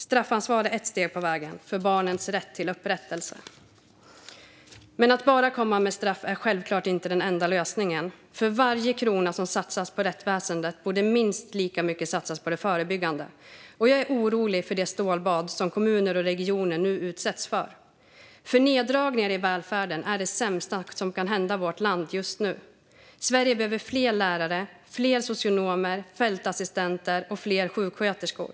Straffansvar är ett steg på vägen för barnens rätt till upprättelse, men att komma med straff är självklart inte den enda lösningen. För varje krona som satsas på rättsväsendet borde minst lika mycket satsas på det förebyggande arbetet. Jag är orolig över det stålbad som kommuner och regioner utsätts för, för neddragningar i välfärden är det sämsta som kan hända vårt land just nu. Sverige behöver fler lärare, socionomer, fältassistenter och sjuksköterskor.